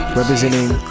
representing